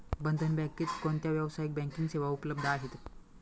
बंधन बँकेत कोणत्या व्यावसायिक बँकिंग सेवा उपलब्ध आहेत?